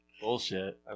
Bullshit